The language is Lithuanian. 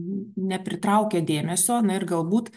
nepritraukia dėmesio na ir galbūt